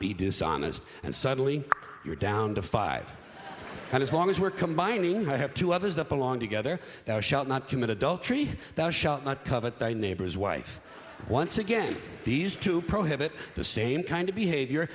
be dishonest and suddenly you're down to five and as long as we're combining i have two others that belong together thou shalt not commit adultery thou shalt not covet thy neighbor's wife once again these two prohibit the same kind of behavior